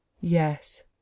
Yes